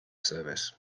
service